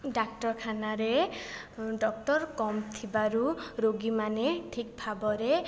ଡାକ୍ତରଖାନାରେ ଡକ୍ଟର କମ୍ ଥିବାରୁ ରୋଗୀମାନେ ଠିକ୍ ଭାବରେ